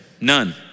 None